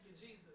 Jesus